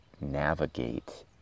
navigate